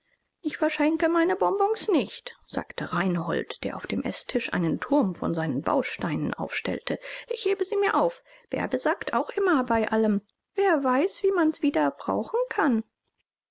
ich verschenke meine bonbons nicht sagte reinhold der auf dem eßtisch einen turm von seinen bausteinen aufstellte ich hebe sie mir auf bärbe sagt auch immer bei allem wer weiß wie man's wieder brauchen kann